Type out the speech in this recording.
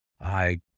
I